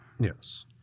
Yes